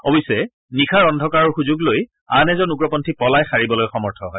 অৱশ্যে নিশাৰ অন্ধকাৰৰ সুযোগ লৈ আন এজন উগ্ৰপন্থী পলাই সাৰিবলৈ সমৰ্থ হয়